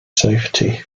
safety